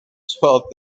twelve